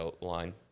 line